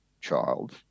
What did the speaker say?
child